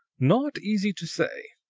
not easy to say.